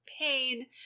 pain